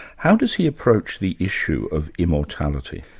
how does he approach the issue of immortality?